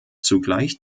zugleich